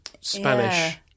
Spanish